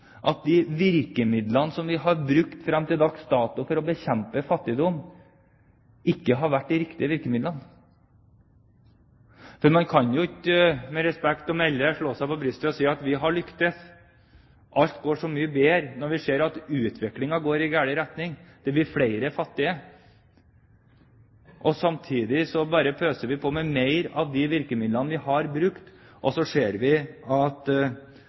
at de virkemidlene som vi har brukt fram til dags dato for å bekjempe fattigdom, ikke har vært de riktige virkemidlene. For man kan ikke, med respekt å melde, slå seg på brystet og si at vi har lyktes, og at alt går så mye bedre, når vi ser at utviklingen går i gal retning, det blir flere fattige. Samtidig som vi bare pøser på med mer av de virkemidlene vi har brukt, ser vi at